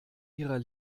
ihrer